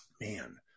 Man